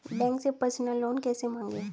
Bank से personal loan कैसे मांगें?